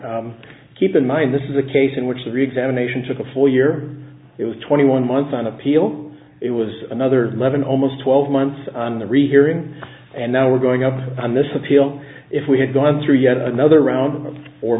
and keep in mind this is a case in which the reexamination took a full year it was twenty one months on appeal it was another eleven almost twelve months on the rehearing and now we're going up on this appeal if we had gone through yet another round